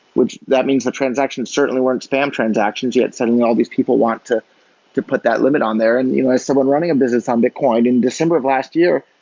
which that means the transaction certainly weren't spam transactions, yet sending all these people want to to put that limit on there and as someone running a business on bitcoin, in december of last year,